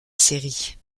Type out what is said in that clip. série